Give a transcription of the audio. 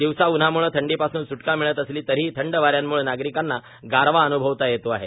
दिवसा उन्हाम्ळे थंडीपासून सूटका मिळत असली तरीही थंड वा यांम्ळे नागरिकांना गारवा अन्भवता येतो आहे